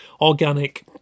organic